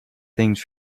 things